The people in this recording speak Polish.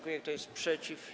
Kto jest przeciw?